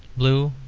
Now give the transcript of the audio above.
blue,